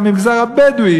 גם במגזר הבדואי,